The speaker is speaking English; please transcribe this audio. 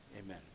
Amen